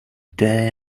day